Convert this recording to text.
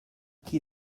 qui